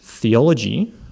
theology